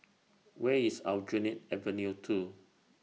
Where IS Aljunied Avenue two